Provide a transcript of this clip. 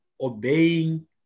obeying